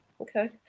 Okay